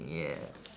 yeah